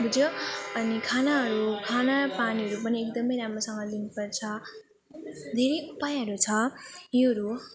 बुझ्यो अनि खानाहरू खाना पानीहरू पनि एकदम राम्रोसँग दिनु पर्छ धेरै उपायहरू छ योहरू हो